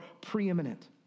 preeminent